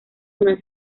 una